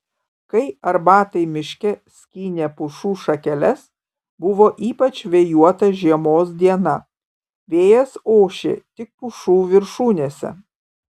kai arbatai miške skynė pušų šakeles buvo ypač vėjuota žiemos diena vėjas ošė tik pušų viršūnėse